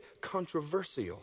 controversial